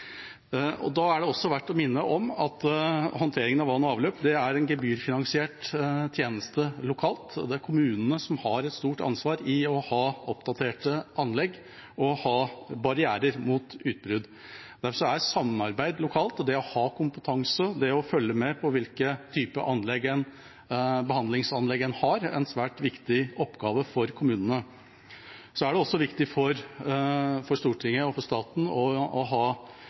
Da er det verdt å minne om at håndteringen av vann og avløp er en gebyrfinansiert tjeneste lokalt, og det er kommunene som har et stort ansvar når det gjelder å ha oppdaterte anlegg og ha barrierer mot utbrudd. Derfor er samarbeid lokalt og det å ha kompetanse, det å følge med på hvilke typer behandlingsanlegg en har, en svært viktig oppgave for kommunene. Det er også viktig for Stortinget og for staten å ha